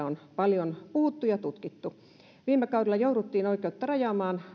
on paljon puhuttu ja sitä on tutkittu viime kaudella jouduttiin oikeutta varhaiskasvatukseen rajaamaan